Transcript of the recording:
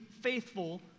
faithful